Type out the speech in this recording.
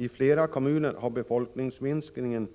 I flera kommuner har befolkningsminskningen